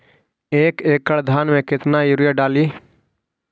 एक एकड़ धान मे कतना यूरिया डाली?